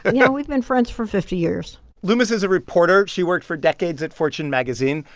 yeah, we've been friends for fifty years loomis is a reporter. she worked for decades at fortune magazine.